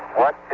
what